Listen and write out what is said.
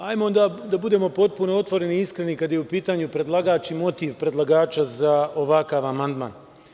Hajde da budemo potpuno otvoreni i iskreni kada je u pitanju predlagač i motiv predlagača za ovakav amandman.